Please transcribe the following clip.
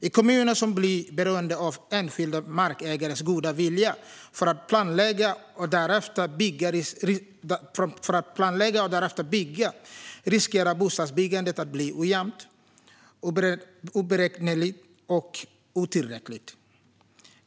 I kommuner som blir beroende av enskilda markägares goda vilja för att planlägga och därefter bygga riskerar bostadsbyggandet att bli ojämnt, oberäkneligt och otillräckligt.